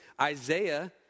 Isaiah